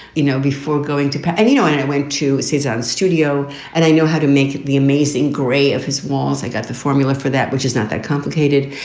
you know, before going to any you know. and i went to his own studio and i know how to make the amazing gray of his walls. i got the formula for that, which is not that complicated,